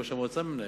ראש המועצה מנהל.